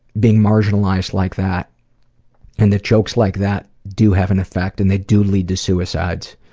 being marginalized like that and that jokes like that do have an effect and they do lead to suicides.